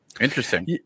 Interesting